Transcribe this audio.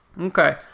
Okay